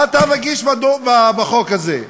מה אתה מגיש בחוק הזה?